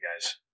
guys